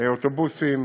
אוטובוסים,